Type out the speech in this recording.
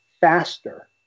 faster